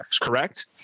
Correct